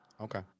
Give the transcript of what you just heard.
Okay